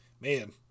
Man